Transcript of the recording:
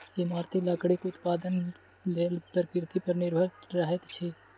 इमारती लकड़ीक उत्पादनक लेल प्रकृति पर निर्भर रहैत छी